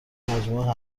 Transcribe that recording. مجموعه